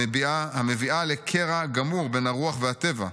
המביאה לקרע גמור בין הרוח והטבע,